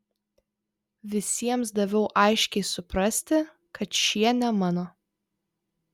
visiems daviau aiškiai suprasti kad šie ne mano